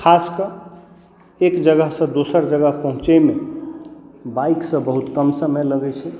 खास कऽ के एक जगह से दोसर जगह पहुँचै मे बाइक सऽ बहुत कम समय लगै छै